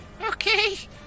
Okay